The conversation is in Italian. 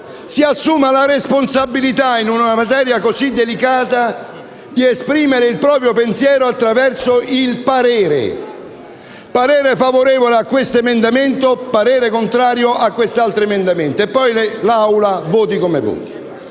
si assuma la responsabilità, in una materia così delicata, di esprimere il proprio pensiero attraverso un parere: parere favorevole a questo emendamento; parere contrario a quest'altro emendamento. E poi l'Assemblea voti come voti.